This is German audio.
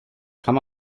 kann